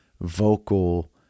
vocal –